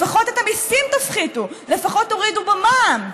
לפחות את המיסים תפחיתו, לפחות תורידו במע"מ.